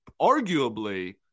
arguably